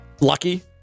Lucky